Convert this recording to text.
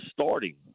starting